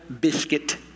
Biscuit